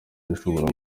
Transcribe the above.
rishobora